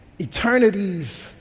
Eternities